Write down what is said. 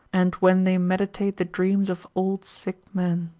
and when they meditate the dreams of old sick men,